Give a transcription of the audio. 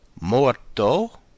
Morto